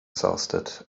exhausted